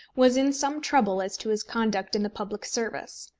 was in some trouble as to his conduct in the public service.